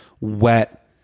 wet